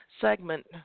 segment